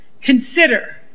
Consider